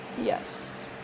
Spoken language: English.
yes